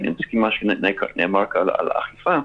ואני מסכים עם מה שנאמר כאן על אכיפה,